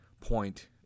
point